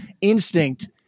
instinct